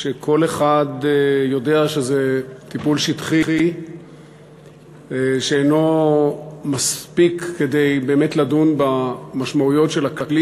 כשכל אחד יודע שזה טיפול שטחי שאינו מספיק באמת לדיון במשמעויות של הכלי